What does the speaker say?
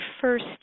first